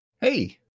Hey